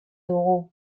dugu